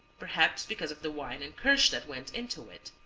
perhaps because of the wine and kirsch that went into it.